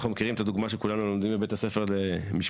אנחנו מכירים את הדוגמה שכולנו לומדים בבית ספר למשפטים,